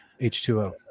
H2O